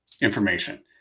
information